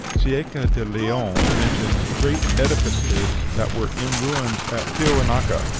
cieca de leon mentions great edifices that were in ruins at tiahuanaca,